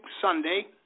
Sunday